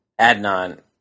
Adnan